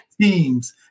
Teams